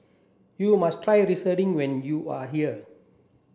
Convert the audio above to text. you must try Serunding when you are here